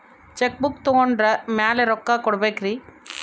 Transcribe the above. Check book ತೊಗೊಂಡ್ರ ಮ್ಯಾಲೆ ರೊಕ್ಕ ಕೊಡಬೇಕರಿ?